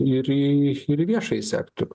ir į ir į viešąjį sektorių